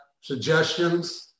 suggestions